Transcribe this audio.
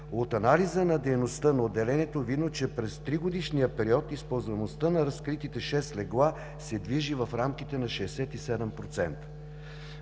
От анализа на дейността на отделението е видно, че през тригодишния период използваемостта на разкритите шест легла се движи в рамките на 67%.